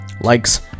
Likes